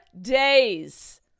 days